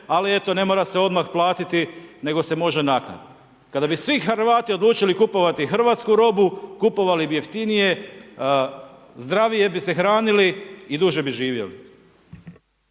ali eto, ne mora se odmah platiti nego se može naknadno. Kada bi svi Hrvati odlučili kupovati hrvatsku robu, kupovali bi jeftinije, zdravije bi se hranili i duže bi živjeli.